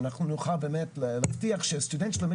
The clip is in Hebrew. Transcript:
שאנחנו נוכל באמת להבטיח שסטודנט שלומד